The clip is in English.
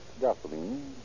gasoline